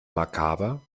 makaber